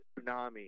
tsunami